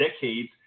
decades